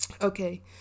Okay